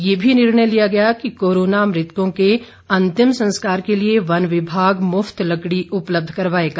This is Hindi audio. ये भी निर्णय लिया गया कि कोरोना मृतकों के अन्तिम संस्कार के लिए वन विभाग मुफ्त लकड़ी उपलब्ध करवायेगा